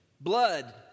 Blood